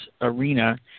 arena